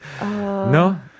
No